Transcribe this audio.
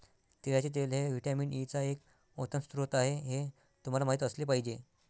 तिळाचे तेल हे व्हिटॅमिन ई चा एक उत्तम स्रोत आहे हे तुम्हाला माहित असले पाहिजे